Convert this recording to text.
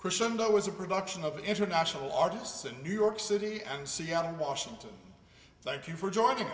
crescendo was a production of international artists in new york city seattle washington thank you for